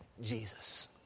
Jesus